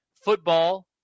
football